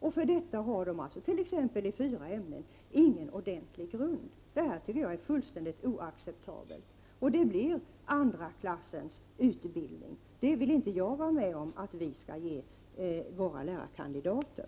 och för detta har de —t.ex. i fyra ämnen —-ingen ordentlig grund. Det tycker jag är fullständigt oacceptabelt. Det blir en andra klassens utbildning, och det vill inte jag vara med om att vi ger våra lärarkandidater.